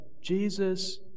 Jesus